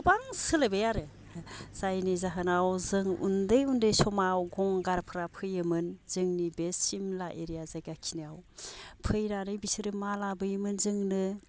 गोबां सोलायबाय आरो जायनि जाहोनाव जों उन्दै उन्दै समाव गंगारफोरा फैयोमोन जोंनि बे सिमला एरिया जायगाखिनियाव फैनानै बिसोरो मा लाबोयोमोन जोंनो